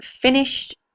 finished